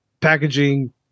packaging